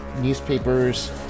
newspapers